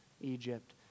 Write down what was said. Egypt